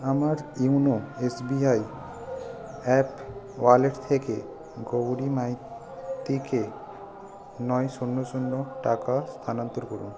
আমার YONO SBI app wallet থেকে গৌরী মাইতিকে নয় শূন্য শূন্য টাকা স্থানান্তর করুন